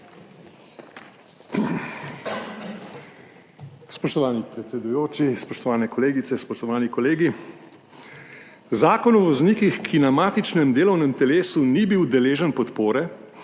Spoštovani predsedujoči, spoštovane kolegice, spoštovani kolegi! Zakon o voznikih, ki na matičnem delovnem telesu ni bil deležen podpore